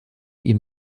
ihm